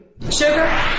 Sugar